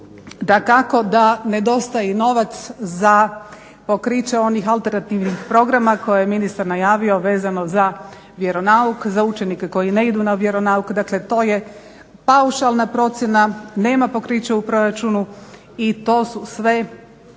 dakako da nedostaje i novac za pokriće onih alternativnih programa koje je ministar najavio vezano za vjeronauk, za učenike koji ne idu na vjeronauk. Dakle to je paušalna procjena, nema pokriće u proračunu i to su sve